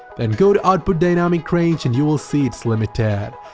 then go to output dynamic rage and you will see it's limited,